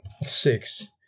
six